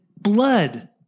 blood